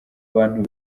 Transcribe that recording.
abantu